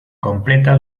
completa